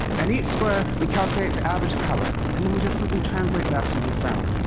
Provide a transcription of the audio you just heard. and each square, we calculate the average color. and then we just simply translate that into sound.